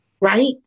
right